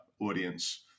audience